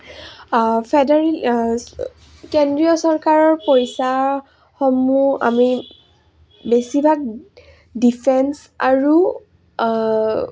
কেন্দ্ৰীয় চৰকাৰৰ পইচাসমূহ আমি বেছিভাগ ডিফেঞ্চ আৰু